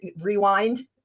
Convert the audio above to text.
rewind